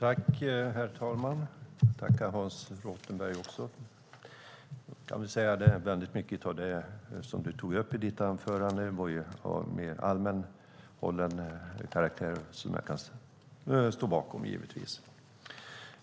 Herr talman! Jag tackar Hans Rothenberg. Jag kan väl säga att mycket av det som du tog upp i ditt anförande var av mer allmänt hållen karaktär, som jag kan stå bakom, givetvis.